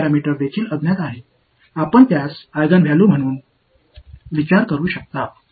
எனவே இந்த பாராமீட்டர் தெரியாத இடத்தின் பொதுமைப்படுத்தல் இது நீங்கள் அதை ஒரு சமமான மதிப்பாக நினைக்கலாம்